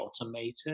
automated